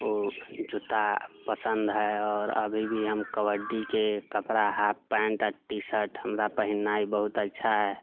ओ जुत्ता पसन्द है आओर अभी भी कबड्डीके कपड़ा हाँफ पैन्ट आ टी शर्ट हमरा पहिननाइ बहुत अच्छा है